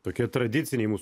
tokie tradiciniai mūsų